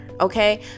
okay